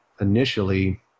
initially